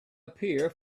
appear